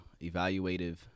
evaluative